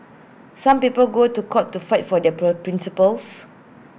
some people go to court to fight for their pro principles